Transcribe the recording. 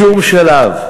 בשום שלב,